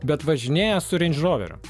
bet važinėja su reinžroveriu